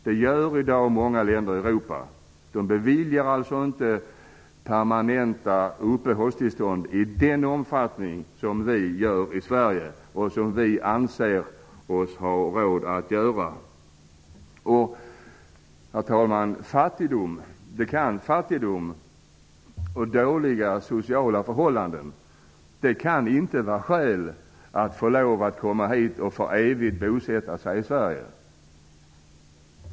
Det gör många länder i Europa i dag. De beviljar alltså inte permanenta uppehållstillstånd i den omfattning som vi gör i Sverige och som vi anser oss ha råd att göra. Herr talman! Fattigdom och dåliga sociala förhållanden kan inte vara skäl för att få komma hit och för evigt bosätta sig i Sverige.